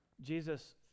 Jesus